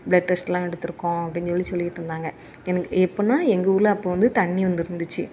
blood டெஸ்ட்டெல்லாம் எடுத்திருக்கோம் அப்டின்னு சொல்லி சொல்லிட்டுருந்தாங்க எனக்கு எப்பிடின்னா எங்கள் ஊரில் அப்போது வந்து தண்ணி வந்திருந்துச்சி